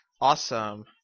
awesome